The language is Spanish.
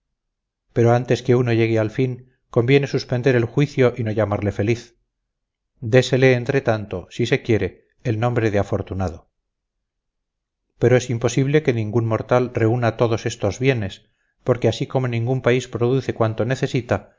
pero antes que uno llegue al fin conviene suspender el juicio y no llamarle feliz désele entretanto si se quiere el nombre de afortunado pero es imposible que ningún mortal reúna todos estos bienes porque así como ningún país produce cuanto necesita